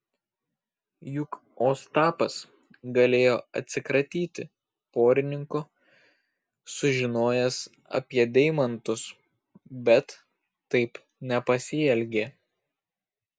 juk ostapas galėjo atsikratyti porininko sužinojęs apie deimantus bet taip nepasielgė